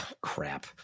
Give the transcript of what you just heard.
Crap